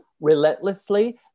relentlessly